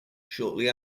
shortly